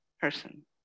person